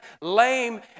lame